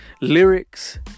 lyrics